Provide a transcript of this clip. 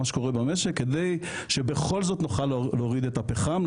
מה שקורה במשק כדי שבכל זאת נוכל להוריד את הפחם,